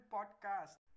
Podcast